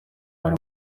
bari